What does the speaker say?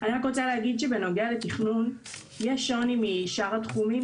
אני רק רוצה להגיד שבנוגע לתכנון יש שוני משאר התחומים,